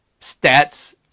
stats